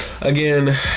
again